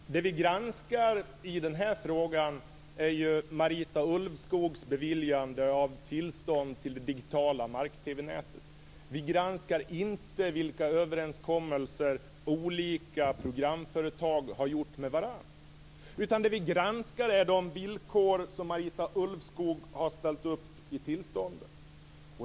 Fru talman! Det vi granskar i den här frågan är Marita Ulvskogs beviljande av tillstånd till det digitala marknätet. Vi granskar inte vilka överenskommelser olika programföretag har gjort med varandra, utan det vi granskar är de villkor om Marita Ulvskog har ställt upp i tillstånden.